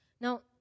Now